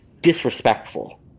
disrespectful